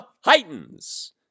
heightens